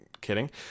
kidding